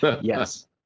Yes